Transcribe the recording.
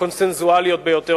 הקונסנזואליות ביותר.